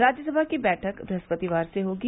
राज्यसभा की बैठक बृहस्पतिवार से होगी